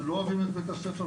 שלא אוהבים את בית הספר,